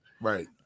Right